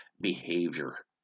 behavior